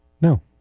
no